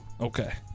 Okay